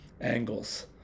angles